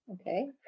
Okay